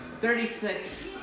thirty-six